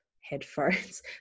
headphones